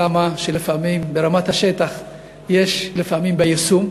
אלא מה, לפעמים ברמת השטח יש בעיה ביישום.